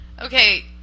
Okay